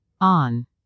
On